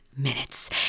Minutes